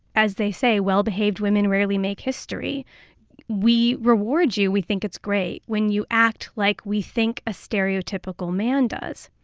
as they say, well-behaved women rarely make history we reward you, we think it's great when you act like we think a stereotypical man does.